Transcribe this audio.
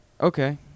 Okay